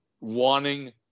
wanting